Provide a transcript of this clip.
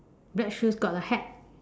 black shoes got a hat